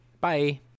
bye